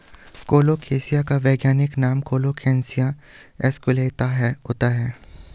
colocasia का वैज्ञानिक नाम कोलोकेशिया एस्कुलेंता होता है